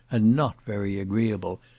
and not very agreeable,